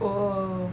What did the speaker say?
oh